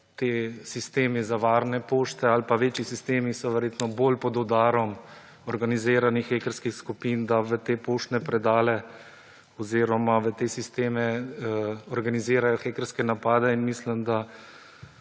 sistemi za varne pošte ali pa večji sistemi so verjetno bolj pod udarom organiziranih hekerskih skupin, da v te poštne predale oziroma v te sisteme organizirajo hekerske napade. Mislim, da